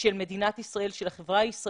של מדינת ישראל, של החברה הישראלית.